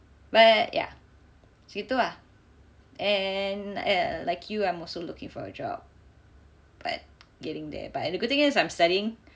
but ya macam begitu ah and err like you I'm also looking for a job but getting there but the good thing is I'm studying